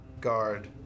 guard